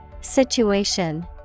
Situation